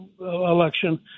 election